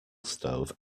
stove